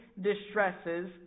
distresses